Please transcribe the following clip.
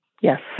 yes